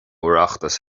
oireachtas